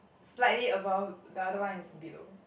slightly above the other one is below